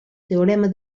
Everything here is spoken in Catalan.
teorema